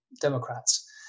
Democrats